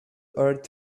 earth